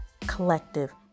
collective